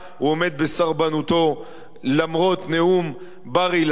הוא עומד בסרבנותו למרות נאום בר-אילן.